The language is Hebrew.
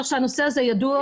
כך שהנושא הזה ידוע.